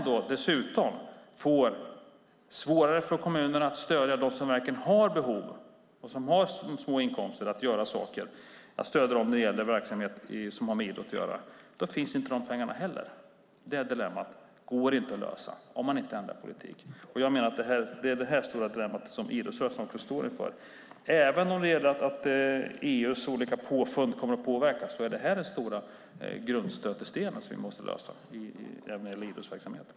Dessutom får kommunerna det svårare att stödja dem som har behov och som har små inkomster när det gäller idrottsverksamhet, och då finns inte de pengarna heller. Det dilemmat går inte att lösa om man inte ändrar politik. Detta är det stora dilemma som idrottsrörelsen står inför. Även om EU:s olika påfund kommer att påverka idrottsrörelsen är det detta som är den stora stötestenen när det gäller idrottsverksamheten.